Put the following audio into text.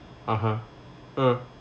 (uh huh) uh